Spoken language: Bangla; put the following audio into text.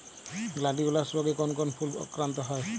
গ্লাডিওলাস রোগে কোন কোন ফুল আক্রান্ত হয়?